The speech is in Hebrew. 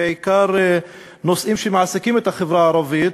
בעיקר נושאים שמעסיקים את החברה הערבית,